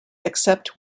except